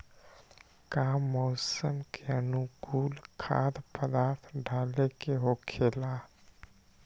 का मौसम के अनुकूल खाद्य पदार्थ डाले के होखेला?